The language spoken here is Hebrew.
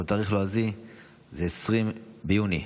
אבל בתאריך הלועזי 20 ביוני,